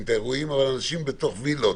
את האירועים אבל אנשים עושים אותם בווילות